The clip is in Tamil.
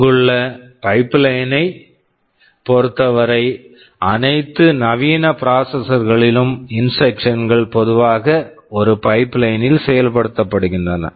இங்குள்ள பைப்லைனை pipeline ஐப் பொறுத்தவரை அனைத்து நவீன ப்ராசஸர்ஸ் processors களிலும் இன்ஸ்ட்ரக்சன் instructions கள் பொதுவாக ஒரு பைப்லைன் pipeline ல் செயல்படுத்தப்படுகின்றன